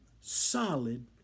solid